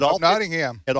Nottingham